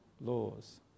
laws